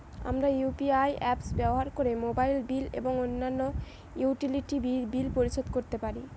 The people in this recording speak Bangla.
আমরা ইউ.পি.আই অ্যাপস ব্যবহার করে মোবাইল বিল এবং অন্যান্য ইউটিলিটি বিল পরিশোধ করতে পারি